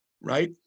right